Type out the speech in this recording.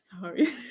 sorry